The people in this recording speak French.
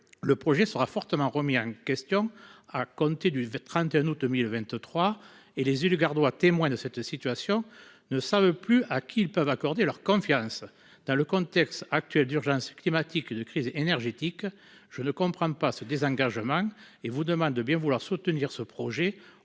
le projet sera fortement remis en question. À compter du 31 août 2023 et les élus gardois témoin de cette situation ne savent plus à qui ils peuvent accorder leur confiance dans le contexte actuel d'urgence climatique de crise énergétique. Je ne comprends pas ce désengagement et vous demande de bien vouloir soutenir ce projet